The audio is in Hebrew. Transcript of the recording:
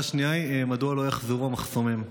השאלה השנייה היא מדוע לא יחזרו המחסומים.